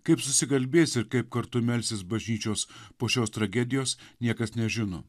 kaip susikalbės ir kaip kartu melsis bažnyčios po šios tragedijos niekas nežino